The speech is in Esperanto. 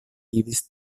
vivis